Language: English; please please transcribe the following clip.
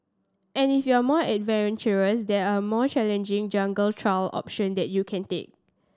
and if you're more adventurous there are more challenging jungle trail option that you can take